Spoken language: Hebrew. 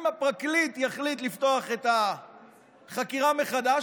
אם הפרקליט יחליט לפתוח את החקירה מחדש,